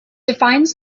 defines